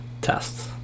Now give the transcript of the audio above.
tests